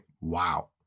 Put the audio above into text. wow